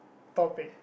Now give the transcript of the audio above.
topic